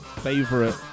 favorite